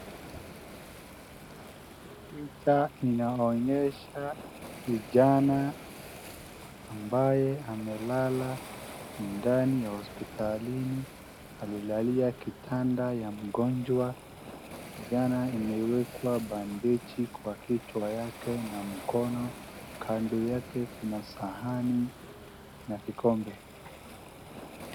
Picha inaonyesha kijana ambaye amelala ndani ya hospitalini. Alilalia kitanda ya mgonjwa. Kijana imewekwa bandeji kwa kichwa yake na mkono. Kando yake kuna sahani na kikombe.